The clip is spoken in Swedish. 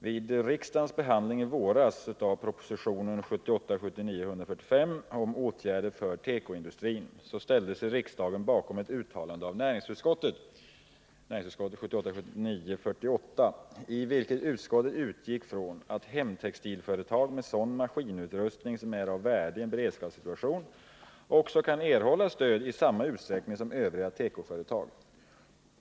Vid riksdagens behandling i våras av propositionen i vilket utskottet utgick från att hemtextilföretag med sådan maskinutrustning som är av värde i en beredskapssituation också kan erhålla stöd i samma utsträckning som övriga tekoföretag.